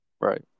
Right